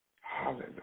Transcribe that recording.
Hallelujah